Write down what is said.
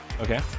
Okay